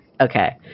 Okay